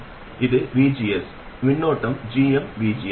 இது vgs மின்னோட்டம் gmvgs